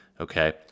Okay